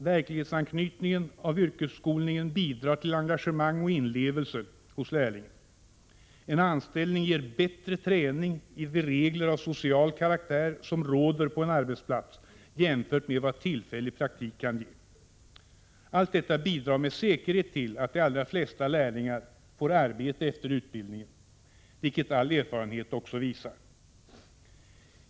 Verklighetsanknytningen av yrkesskolningen bidrar till engagemang och inlevelse hos lärlingen. En anställning ger bättre träning i de regler av social karaktär som råder på en arbetsplats jämfört med vad tillfällig praktik kan ge. Allt detta bidrar med säkerhet till att de allra flesta lärlingar får arbete efter utbildningen, vilket all erfarenhet också visar.